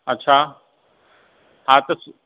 अच्छा हा त स